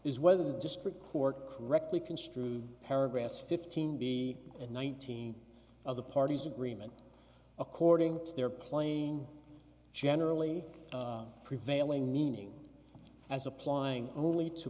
is whether the district court correctly construe paragraphs fifteen b and nineteen of the parties agreement according to their plain generally prevailing meaning as applying only t